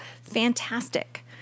Fantastic